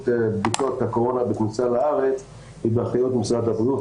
על בדיקות הקורונה היא באחריות משרד הבריאות.